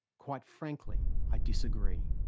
quite frankly, i disagree.